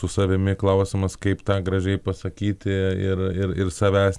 su savimi klausimas kaip tą gražiai pasakyti ir ir ir savęs